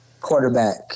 Quarterback